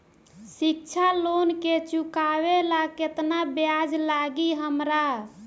शिक्षा लोन के चुकावेला केतना ब्याज लागि हमरा?